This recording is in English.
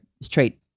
straight